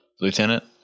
lieutenant